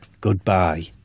Goodbye